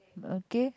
okay